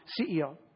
CEO